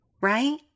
right